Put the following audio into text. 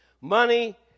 Money